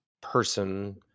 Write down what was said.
person